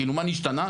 מה נשתנה?